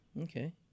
Okay